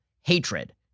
hatred